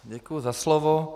Děkuji za slovo.